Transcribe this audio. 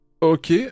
OK